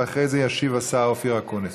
ואחרי זה ישיב השר אופיר אקוניס.